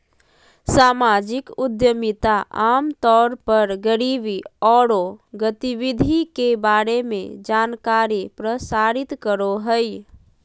सामाजिक उद्यमिता आम तौर पर गरीबी औरो गतिविधि के बारे में जानकारी प्रसारित करो हइ